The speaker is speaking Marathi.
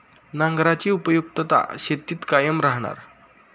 नांगराची उपयुक्तता शेतीत कायम राहणार